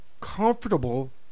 comfortable